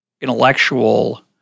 intellectual